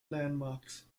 landmarks